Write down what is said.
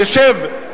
נשב,